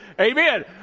amen